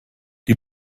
die